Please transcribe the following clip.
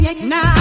Now